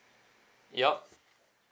yup